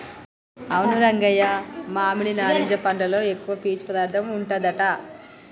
అవును రంగయ్య మామిడి నారింజ పండ్లలో ఎక్కువ పీసు పదార్థం ఉంటదట